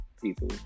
people